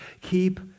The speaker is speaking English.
keep